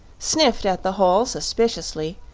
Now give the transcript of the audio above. sniffed at the hole suspiciously,